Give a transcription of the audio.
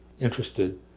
interested